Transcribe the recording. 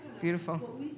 Beautiful